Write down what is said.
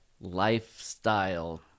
lifestyle